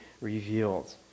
revealed